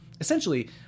essentially